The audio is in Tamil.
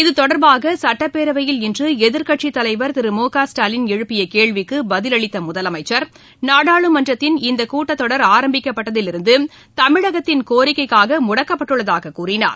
இத்தொடர்பாக சுட்டப்பேரவையில் இன்று எதிர்கட்சித் தலைவர் திரு மு க் ஸ்டாலின் எழுப்பிய கேள்விக்கு பதிலளித்த முதலமச்சர் நாடாளுமன்றத்தின் இந்த கூட்டத்தொடர் ஆரம்பிக்கப்பட்டதில் இருந்து தமிழகத்தின் கோரிக்கைக்காக முடக்கப்பட்டுள்ளதாக கூறினார்